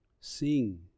sing